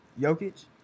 Jokic